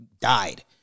died